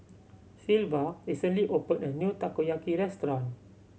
Sylva recently opened a new Takoyaki restaurant